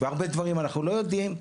בהרבה דברים אנחנו לא יודעים,